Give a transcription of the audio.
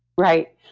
right.